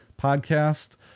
podcast